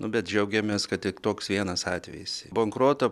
nu bet džiaugiamės kad tik toks vienas atvejis bankroto